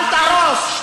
אל תהרוס.